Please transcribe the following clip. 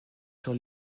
sur